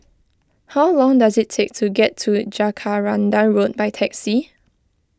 how long does it take to get to Jacaranda Road by taxi